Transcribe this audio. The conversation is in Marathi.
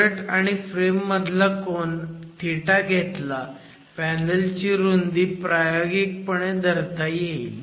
स्ट्रट आणि फ्रेम मधला कोन घेतला पॅनल ची रुंदी प्रायोगिकपणे धरता येईल